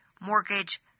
mortgage